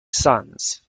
sons